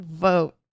vote